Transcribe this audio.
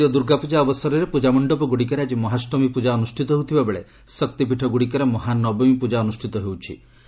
ମହାଷ୍ଟମୀ ଶାରଦୀୟ ଦୁର୍ଗାପୁଜା ଅବସରରେ ପୂଜାମଣ୍ଡପ ଗୁଡ଼ିକରେ ଆଜି ମହାଷ୍ଟମୀ ପ୍ରଜା ଅନୁଷ୍ଠିତ ହେଉଥିବାବେଳେ ଶକ୍ତିପୀଠଗୁଡ଼ିକରେ ମହାନବମୀ ପୂଜା ଅନୁଷ୍ଠିତ ହେଉଛି